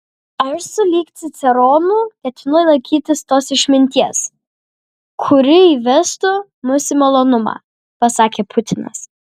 aš sulig ciceronu ketinu laikytis tos išminties kuri įvestų mus į malonumą pasakė putinas